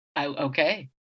Okay